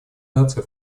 наций